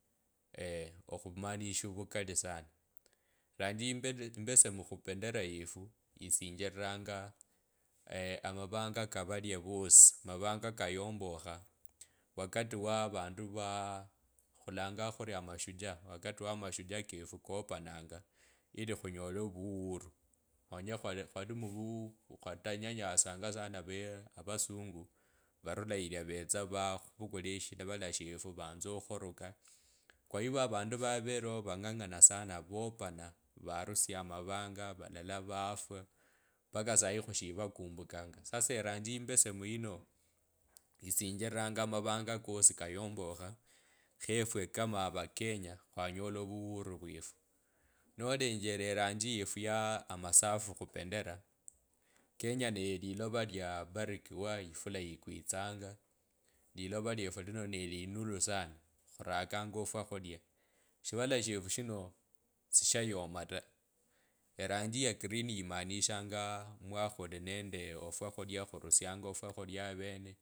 khumashi vukali sana, ranji imbesemu khupendera yefu isinjiriranga amavanga amavanga ka valia vosi mavanga kayombokha wakati wa vandu vaa khulanganga amashujaa wakati wamashujaa kefu kapananga ili khunyole ovuhuri omanye khwali muvuu khwata nyanyaswanga sana vee avasungu varula yilia versa vakhuvukula shivala vanza okhurula kwa hivyo avandu vaveleo vafwa baka sayi khushilivakimbukanga. Sasa eranji imbesemu yino isinjiriranga mavanga kosi kayombokha khefwe kama avakenya kwanyola ovuhuru vwefue nolenjele eranji yefu ya amasafu khupendera kenye nelilova lyabarikiwa eifula ikwitsanga lilova lwefu lino nelinulu sana khurakanga ofwakhulia shivala shefu shino sishayomo eranji ya kirini imaanishanga mwa khuli nende ofwakhulia khurusianga ofwakhulya avene